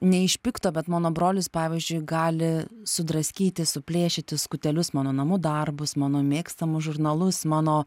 ne iš pikto bet mano brolis pavyzdžiui gali sudraskyti suplėšyt į skutelius mano namų darbus mano mėgstamus žurnalus mano